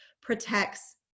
protects